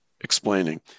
explaining